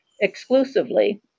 exclusively